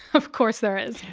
of course there is.